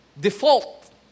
default